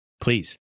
Please